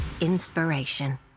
Inspiration